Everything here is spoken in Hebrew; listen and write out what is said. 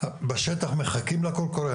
בשטח מחכים לקול קורא,